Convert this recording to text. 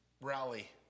rally